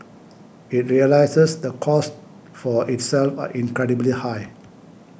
it realises the costs for itself are incredibly high